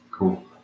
Cool